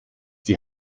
die